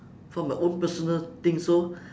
for my own personal thing so